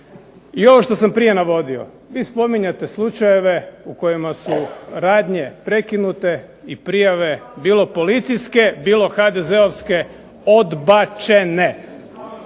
i ovo što sam prije navodio vi spominjete slučajeve u kojima su radnje prekinute i prijave bilo policijske bilo HDZ-ovske odbačene,